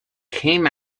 came